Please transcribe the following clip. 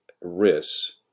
risks